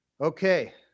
Okay